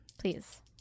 please